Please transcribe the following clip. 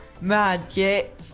magic